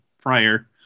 prior